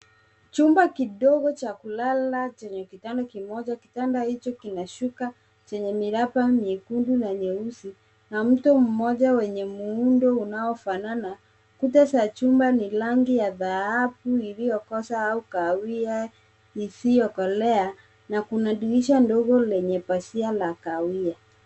Chumba kidogo cha kulala, chenye kitanda kimoja. Kitanda hicho kina shuka chenye miraba myekundu na nyeusi na mto mmoja wenye muundo unaofanana. Kuta za chumba ni rangi ya dhahabu, iliyokosa au kahawia isiyokolea na kuna drisha ndogo lenye pazia la kahawia.